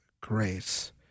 grace